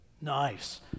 Nice